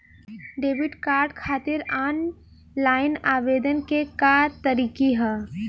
Debit card खातिर online आवेदन के का तरीकि ह?